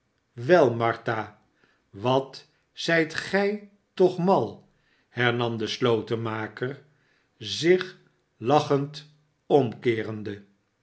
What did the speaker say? wel martha wat zijt gij toch mal hernamde slotenmaker zichlachend omkeerende